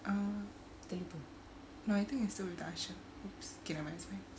ah no I think it's still with aisyah okay nevermind that's fine